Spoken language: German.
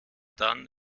dann